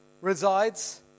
resides